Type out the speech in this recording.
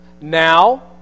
Now